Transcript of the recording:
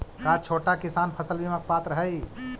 का छोटा किसान फसल बीमा के पात्र हई?